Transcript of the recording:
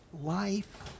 life